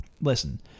listen